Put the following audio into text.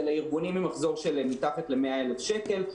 זה לארגונים עם מחזור של מתחת ל-100,000 שקל.